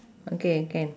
okay can